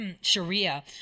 Sharia